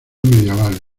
medievales